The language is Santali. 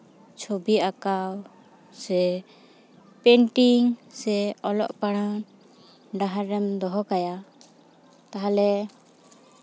ᱪᱷᱚᱵᱤ ᱟᱸᱠᱟᱣ ᱥᱮ ᱯᱮᱱᱴᱤᱝ ᱥᱮ ᱚᱞᱚᱜ ᱯᱚᱲᱦᱚᱣ ᱰᱟᱦᱟᱨ ᱨᱮᱢ ᱫᱚᱦᱚ ᱠᱟᱭᱟ ᱛᱟᱦᱚᱞᱮ